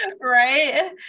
Right